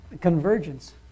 convergence